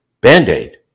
Band-Aid